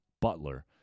Butler